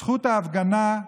הצביעות בהתגלמותה,